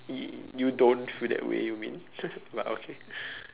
you don't feel that way you mean but okay